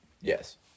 Yes